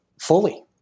fully